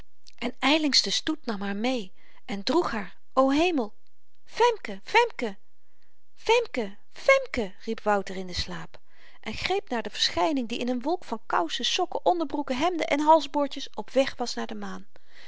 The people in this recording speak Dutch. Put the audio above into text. en ylings de stoet nam haar meê en droeg haar o hemel femke femke femke femke riep wouter in den slaap en greep naar de verschyning die in een wolk van kousen sokken onderbroeken hemden en halsboordjes op weg was naar de maan